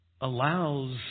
allows